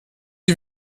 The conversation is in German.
die